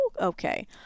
okay